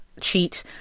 cheat